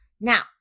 Now